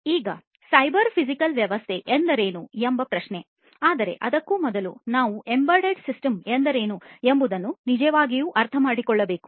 ಈಗ cyber physical ವ್ಯವಸ್ಥೆ ಎಂದರೇನು ಎಂಬ ಪ್ರಶ್ನೆ ಆದರೆ ಅದಕ್ಕೂ ಮೊದಲು ನಾವು ಎಂಬೆಡೆಡ್ ಸಿಸ್ಟಮ್ ಎಂದರೇನು ಎಂಬುದನ್ನು ನಿಜವಾಗಿಯೂ ಅರ್ಥಮಾಡಿಕೊಳ್ಳಬೇಕು